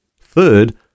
Third